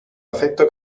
afecto